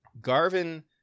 Garvin